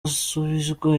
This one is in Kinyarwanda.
asubizwa